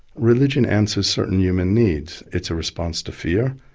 religion answers certain human needs. it's a response to fear.